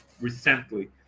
recently